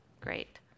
great